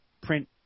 print